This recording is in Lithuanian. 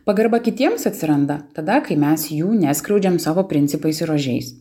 pagarba kitiems atsiranda tada kai mes jų neskriaudžiam savo principais ir ožiais